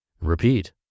repeat